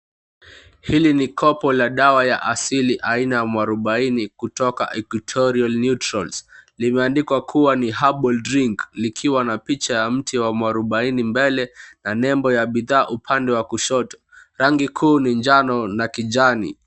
Hili ni kopo la dawa ya asili aina ya mwarubaini kutoka Equitorial Neutrons. Limeandikwa kuwa ni Herbal Drink likiwa na picha ya mti wa mwarubaini mbele na nembo ya bidhaa upande wa kushoto. Rangi kuu ya ni njano na kijani.